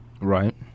Right